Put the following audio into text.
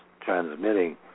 transmitting